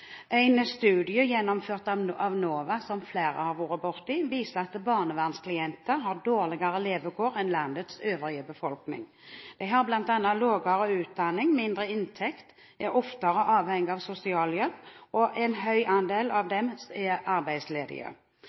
En studie gjennomført av NOVA, som flere har vært borti, viser at barnevernsklienter har dårligere levekår enn landets øvrige befolkning. De har bl.a. lavere utdanning, mindre inntekt, er oftere avhengig av sosialhjelp, og en høy andel av dem er arbeidsledige.